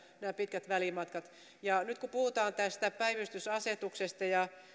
nämä pitkät välimatkat ja nyt kun puhutaan päivystysasetuksesta ja